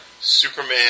Superman